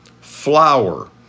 flour